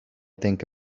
think